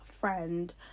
friend